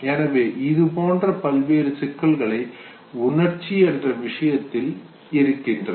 எனவே இதுபோன்ற பல்வேறு சிக்கல்களை உணர்ச்சி என்ற விஷயத்தில் இருக்கின்றன